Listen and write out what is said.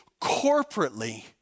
corporately